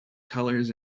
colors